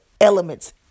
elements